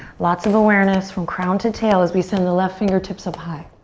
lots of awareness from crown to tail as we send the left fingertips up high.